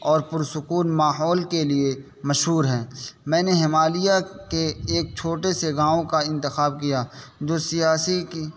اور پرسکون ماحول کے لیے مشہور ہے میں نے ہمالیہ کے ایک چھوٹے سے گاؤں کا انتخاب کیا جو سیاسی کی